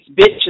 bitches